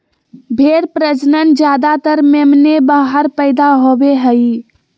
भेड़ प्रजनन ज्यादातर मेमने बाहर पैदा होवे हइ